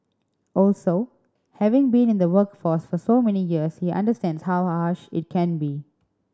also having been in the workforce for so many years he understands how harsh it can be